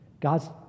God's